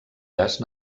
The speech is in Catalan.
gas